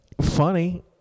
funny